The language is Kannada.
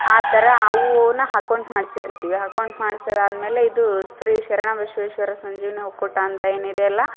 ಆ ಥರ ಅವುನ್ನ ಹಕೌಂಟ್ ಮಾಡ್ಸಿರ್ತೀವಿ ಹಕೌಂಟ್ ಮಾಡ್ಸಿದ ಆದ್ಮೇಲೆ ಇದು ಶ್ರೀ ಶರಣ ವಿಶ್ವೇಶ್ವರ ಸಂಜೀವಿನಿ ಒಕ್ಕೂಟ ಅಂತ ಏನಿದೆಯಲ್ಲ